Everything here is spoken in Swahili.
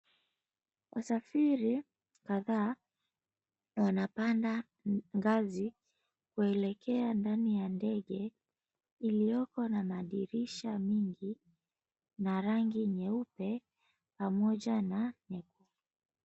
Wasafiri kadhaa wanapanda ngazi kuelekea ndani ya ndege iliyoko na madirisha mingi na rangi nyeupe pamoja na nyekundu.